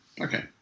Okay